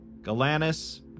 Galanis